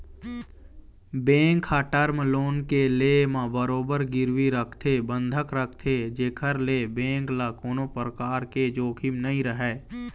bank ह term loan के ले म बरोबर गिरवी रखथे बंधक रखथे जेखर ले बेंक ल कोनो परकार के जोखिम नइ रहय